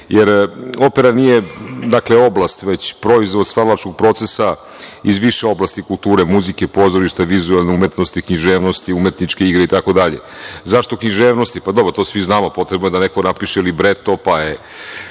nije, dakle, oblast, već proizvod stvaralačkog procesa iz više oblasti kulture, muzike, pozorišta, vizuelne umetnosti, književnosti, umetničke igre, itd. Zašto književnosti? Pa, dobro, to svi znamo, potrebno da je neko napiše libreto, pa je